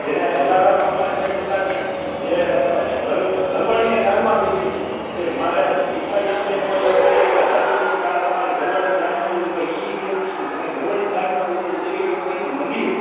જેને જલારામ બાપાને કાંઈ પોતાની જે કહેવાય ને ઘર ઘરવાળીને દાનમાં દઈ દીધી કે મારે ભિખારી એમ કહે કે કોઈ એમ કહે કે સાધુ એમ કહે કે મારે આ તમારી ઘરવાળીને દાનમાં જોઈએ પણ એ વ્યક્તિ એની ઘરવાળીને દાનમાં દઈ દે છે એવી વ્યક્તિનું મંદિર